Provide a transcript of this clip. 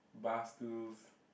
bars stools